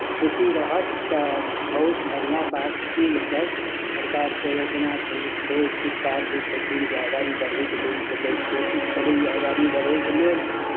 खुशी रहत तऽ बहुत बढ़िआँ बात छियै ईसभ सरकारके योजना छलै छै शिक्षा दै देथिन जे अगाड़ी बढ़यके लेल तऽ लोक कोशिश करैए अगाड़ी बढ़यके लेल